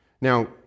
now